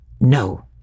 No